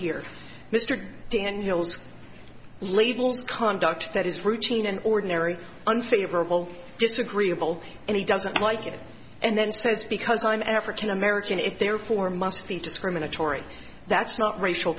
here mr daniels labels conduct that is routine and ordinary unfavorable disagreeable and he doesn't like it and then says because i'm african american it therefore must be discriminatory that's not racial